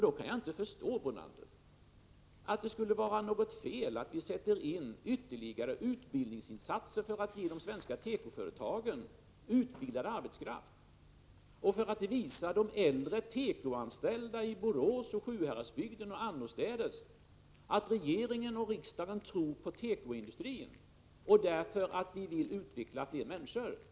Då kan jag inte förstå, Brunander, att det skulle vara något fel att vi gör ytterligare utbildningsinsatser för att ge de svenska tekoföretagen utbildad arbetskraft och att vi visar de äldre tekoanställda i Borås och annorstädes i Sjuhäradsbygden liksom på andra håll att regeringen och riksdagen tror på tekoindustrin, varför vi vill utbilda fler människor på området.